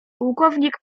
pułkownik